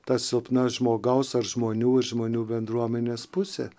tas silpna žmogaus ar žmonių ir žmonių bendruomenės pusė